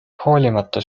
hoolimata